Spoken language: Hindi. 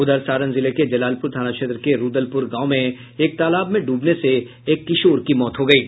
उधर सारण जिले के जलालपुर थाना क्षेत्र के रूदलपुर गांव में एक तालाब में डूबने से एक किशोर की मौत हो गयी